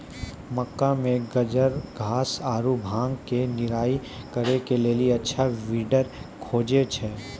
मक्का मे गाजरघास आरु भांग के निराई करे के लेली अच्छा वीडर खोजे छैय?